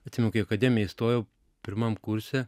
atsimenu kai į akademiją įstojau pirmam kurse